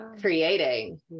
creating